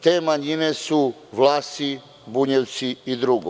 Te manjine su Vlasi, Bunjevci i drugi.